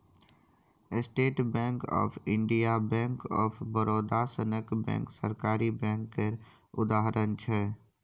state bank of India, bank of Baroda सनक bank सरकारी bank केर उदाहरण छै